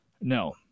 No